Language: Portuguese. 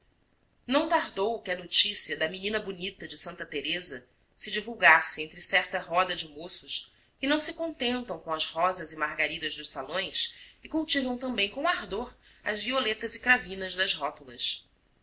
não tardou que a notícia da menina bonita de santa teresa se divulgasse entre certa roda de moços que não se contentam com as rosas e margaridas dos salões e cultivam também com ardor as violetas e cravinas das rótulas